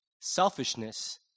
selfishness